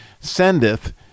sendeth